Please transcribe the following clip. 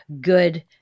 good